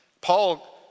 Paul